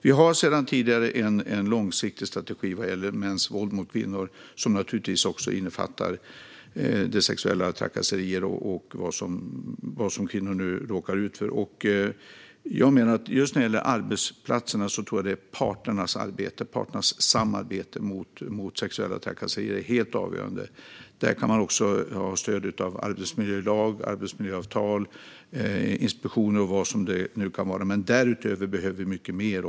Vi har sedan tidigare en långsiktig strategi vad gäller mäns våld mot kvinnor. Den innefattar naturligtvis också sexuella trakasserier och det som kvinnor råkar ut för. När det gäller arbetsplatserna tror jag att parternas arbete och parternas samarbete mot sexuella trakasserier är helt avgörande. Där kan man också ha stöd av arbetsmiljölag, arbetsmiljöavtal, inspektioner och vad det nu kan vara. Men därutöver behöver vi mycket mer.